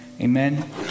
Amen